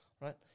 right